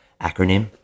acronym